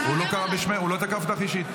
הוא לא קרא בשמך, הוא לא תקף אותך אישית.